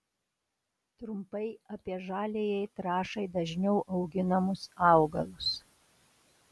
trumpai apie žaliajai trąšai dažniau auginamus augalus